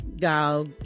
go